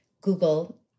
Google